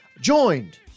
joined